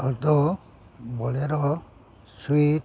alto bolero swift